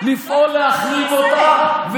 לפעול להחריב אותה,